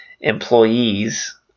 employees